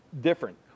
different